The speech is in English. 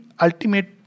ultimate